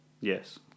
yes